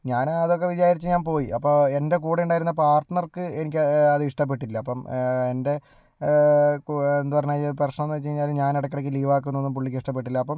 ഞാന് അതൊക്കെ വിചാരിച്ച് ഞാൻ പോയി അപ്പോൾ എൻ്റെ കൂടെ ഉണ്ടായിരുന്ന പാർട്ണർക്ക് എനിക്ക് അത് ഇഷ്ടപ്പെട്ടില്ല അപ്പം എൻ്റെ കൂ എന്ത് പറഞ്ഞു കഴിഞ്ഞാൽ എൻ്റെ പ്രശ്നം എന്ന് വെച്ച് കഴിഞ്ഞാൽ ഞാൻ ഇടയ്ക്ക് ഇടയ്ക്ക് ലീവ് ആകുന്നതും പുള്ളിക്ക് ഇഷ്ടപ്പെട്ടില്ല അപ്പം